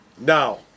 Now